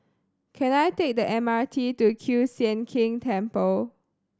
can I take the M R T to Kiew Sian King Temple